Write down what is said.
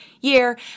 year